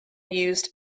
used